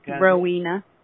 Rowena